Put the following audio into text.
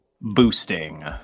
boosting